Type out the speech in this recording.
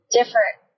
different